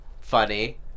funny